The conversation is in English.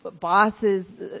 bosses